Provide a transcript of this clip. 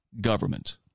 government